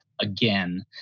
again